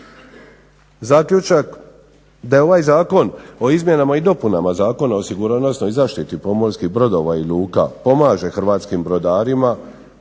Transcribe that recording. Zaključak, da ovaj Zakon o izmjenama i dopunama Zakona o sigurnosnoj zaštiti pomorskih brodova i luka pomaže hrvatskim brodarima